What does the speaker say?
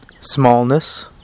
smallness